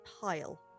pile